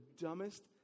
dumbest